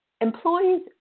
Employees